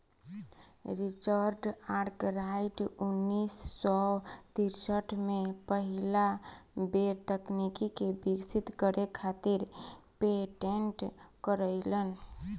Richard Arkwright उन्नीस सौ तिरसठ में पहिला बेर तकनीक के विकसित करे खातिर पेटेंट करइलन